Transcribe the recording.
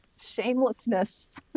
shamelessness